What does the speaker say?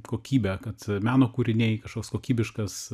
kokybę kad meno kūriniai kažkoks kokybiškas